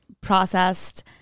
processed